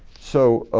so